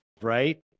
right